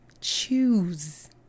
choose